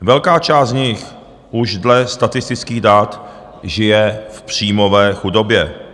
Velká část z nich už dle statistických dat žije v příjmové chudobě.